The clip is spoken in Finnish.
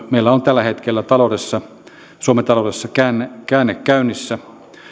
meillä on tällä hetkellä suomen taloudessa käänne käänne käynnissä